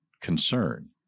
concern